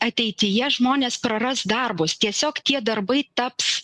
ateityje žmonės praras darbus tiesiog tie darbai taps